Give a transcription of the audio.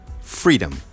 Freedom